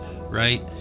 right